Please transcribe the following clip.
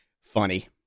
funny